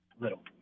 Little